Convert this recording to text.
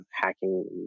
hacking